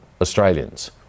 Australians